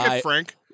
Frank